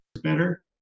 better